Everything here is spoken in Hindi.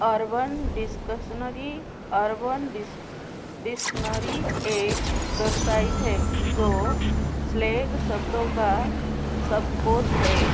urban dictionary urban dis dictionary एक बेबसाइट है जो स्लेग शब्दों का शब्दकोश है